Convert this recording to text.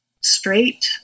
straight